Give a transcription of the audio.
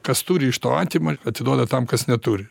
kas turi iš to atima atiduoda tam kas neturi